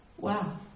wow